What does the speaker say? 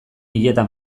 hileta